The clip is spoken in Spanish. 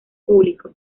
público